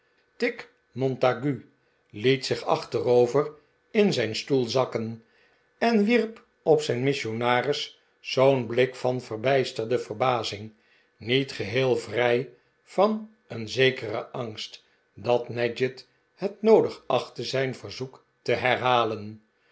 tigg montague liet zich achterover in zijn stoel zakken en wierp op zijn missionaris zoo'n blik van verbijsterde verbazing niet geheel vrij van een zekeren angst dat nadgett het noodig achtte zijn verzoek te herhalen